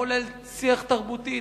מחולל שיח תרבותי,